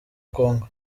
kongo